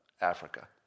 Africa